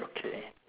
okay